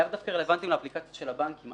לאו דווקא רלוונטיים לאפליקציות של הבנקים.